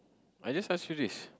I just ask you this